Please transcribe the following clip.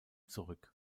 zurück